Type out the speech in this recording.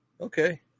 Okay